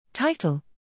Title